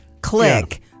click